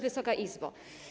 Wysoka Izbo!